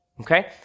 Okay